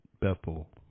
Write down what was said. Bethel